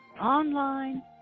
online